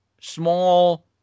small